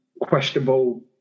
questionable